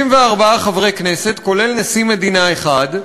64 חברי כנסת, כולל נשיא מדינה אחד,